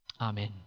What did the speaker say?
Amen